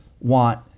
want